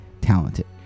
talented